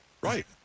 Right